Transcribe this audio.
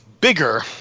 bigger